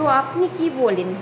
তো আপনি কী বলেন